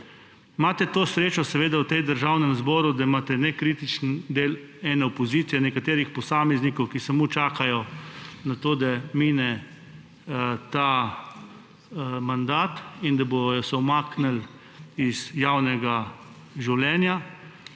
Imate to srečo v tem državnem zboru, da imate nekritičen del ene opozicije, nekaterih posameznikov, ki samo čakajo na to, da mine ta mandat in da se bodo umaknili iz javnega življenja.